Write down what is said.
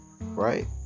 Right